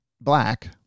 black